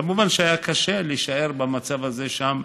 כמובן, היה קשה להישאר במצב הזה שם